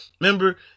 Remember